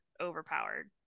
overpowered